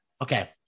Okay